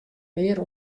mear